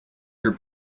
her